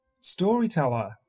Storyteller